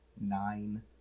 nine